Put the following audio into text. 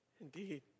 indeed